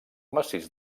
massís